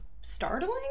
startling